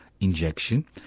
injection